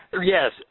Yes